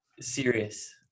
serious